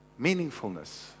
Meaningfulness